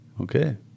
Okay